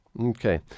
Okay